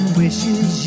wishes